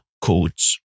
codes